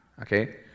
okay